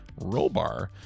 rollbar